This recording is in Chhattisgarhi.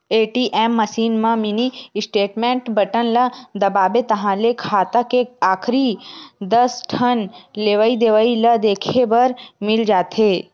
ए.टी.एम मसीन म मिनी स्टेटमेंट बटन ल दबाबे ताहाँले खाता के आखरी दस ठन लेवइ देवइ ल देखे बर मिल जाथे